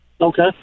Okay